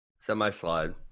Semi-slide